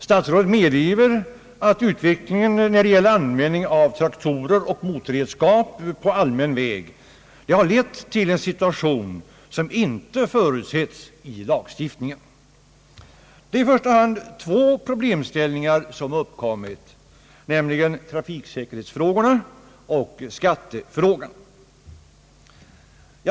Statsrådet medger att utvecklingen i fråga om användandet av traktorer och motorredskap på allmän väg har lett till en situation som inte förutsetis i lagstiftningen. Det är i första hand två problemställningar som uppkommit, nämligen trafiksäkerhetsfrågan och skattefrågan.